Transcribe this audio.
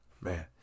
man